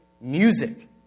music